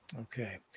Okay